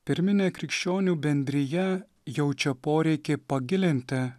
pirminė krikščionių bendrija jaučia poreikį pagilinti